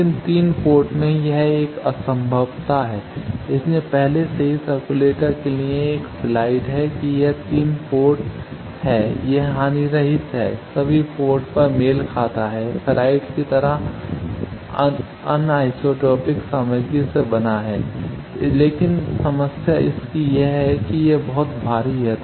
लेकिन 3 पोर्ट में यह एक असंभवता है इसलिए पहले से ही सर्कुलेटर के लिए एक स्लाइड है कि यह 3 पोर्ट है यह हानिरहित है सभी पोर्ट पर मेल खाता है फेराइट की तरह अनीसोट्रोपिक सामग्री से बना है लेकिन समस्या इसकी यह है यह बहुत भारी है